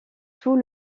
tout